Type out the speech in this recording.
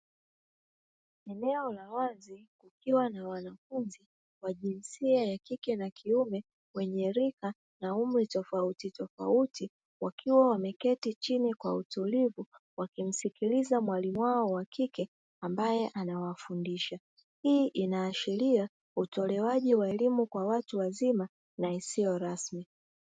Eneo la wazi kukiwa na wanafunzi wa jinsia ya kike na kiume wenye rika na umri tofauti tofauti wakiwa wameketi chini kwa utulivu, wakimsikiliza mwalimu wao wa kike ambaye anawafundisha. Hii inaashiria utolewaji wa elimu kwa watu wazima na isiyo rasmi.